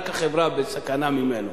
רק החברה בסכנה ממנו.